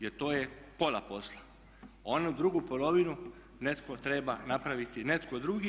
Jer to je pola posla, onu drugu polovinu netko treba napraviti, netko drugi.